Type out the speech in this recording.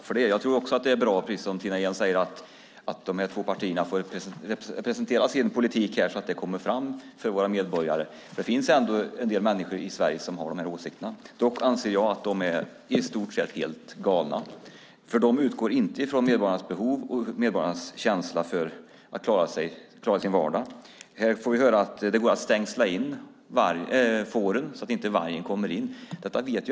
Fru talman! Jag tror också att det är bra, precis som Tina Ehn säger, att de här två partierna får presentera sin politik så att det kommer fram för våra medborgare. Det finns ändå en del människor i Sverige som har de här åsikterna. Dock anser jag att dessa åsikter i stort sett är helt galna, för de utgår inte från medborgarnas behov och medborgarnas känsla av att klara sin vardag. Här får vi höra att det går att stängsla in fåren så att vargen inte kommer in.